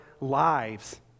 lives